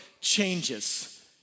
changes